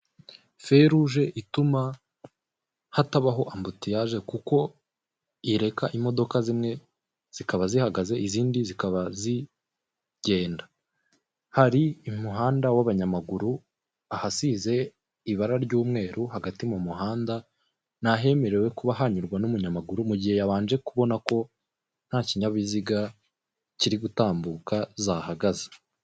Feruje ituma hatabaho ambuteyaje, kuko ireka imodoka zimwe zikaba zihagaze izindi zikaba zigenda. Hari umuhanda w'abanyamaguru, ahasize ibara ry'umweru hagati mu muhanda ni ahemerewe kuba hanyurwa n'umunyamaguru mu gihe yabanje kubona, ko nta kinyabiziga kiri gutambuka, zahagaze.